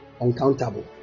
uncountable